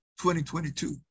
2022